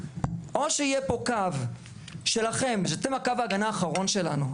או שיהיה פה קו שלכם, שאתם קו ההגנה האחרון שלנו.